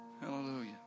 Hallelujah